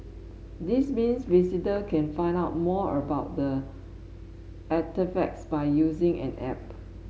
this means visitor can find out more about the artefacts by using an app